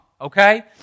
okay